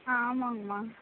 ஆ ஆமாங்கம்மா